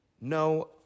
No